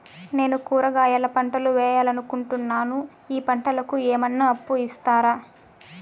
నేను కూరగాయల పంటలు వేయాలనుకుంటున్నాను, ఈ పంటలకు ఏమన్నా అప్పు ఇస్తారా?